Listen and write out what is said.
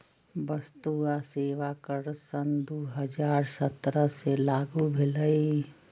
वस्तु आ सेवा कर सन दू हज़ार सत्रह से लागू भेलई